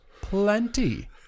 Plenty